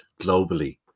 globally